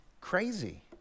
crazy